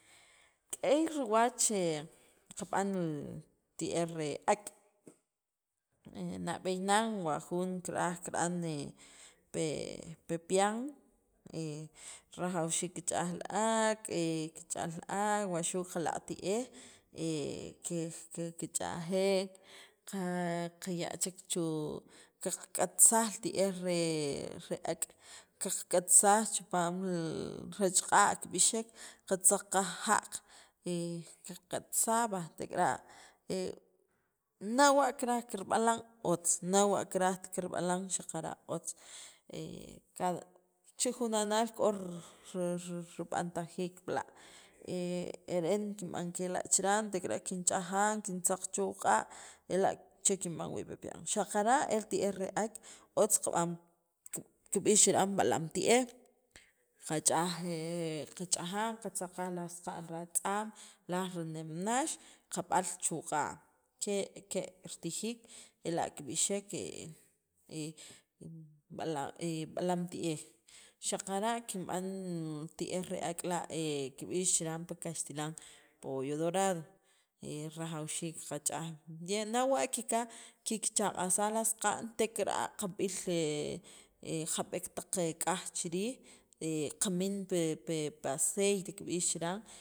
k'eey riwach rib'an tieej re ak' e nab'eey nan wa jun kirb'aj kirb'ane pe pepian rajawxiik kich'aaj li ak' kich'al aj wo xu' kalaq' tieej que que kich'ajeek ka kaya' chek chu qak'atsaaj li tieej li tieej re ak' qak'atsaq chipaam li rechiq'a ki b'ixeek ka tzajqaaj jaaq ka qak'atsaaj va tikara ' nawa' kiraj kirb'alal otz' nawa' karajtaaj kirb'alaan xaqara' otz' cada e chijunanaal k'or riri rib'antajiik b'la' e reen kinb'an kela chan tekara' kin ch'ajaan kin tzaaq chuq'a' ela che kin b'anwii b'iik reen xaqara' el tieej re ak' otz' kab'an pi kib'iix chiran b'alaam tieej kach'aaj kach'ajan katzakan saq'an laj ratz'am laj nimneex kaba'l chu q'a' ke' ke' ritijiik ela kib'ixeek bala e b'alam tieej xaqara' kib'an tieej re ak' la kib'iix chiran pi kaxtilan pollo dorado e rajawxiik ka ch'aaj bien nawa' kikaj ki kich'aq'ajsaaj laj saqan tekara kab'iil jab'eek taq k'aaj chiriij kamiin pe pe pa aciete kib'iix chiran.